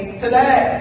today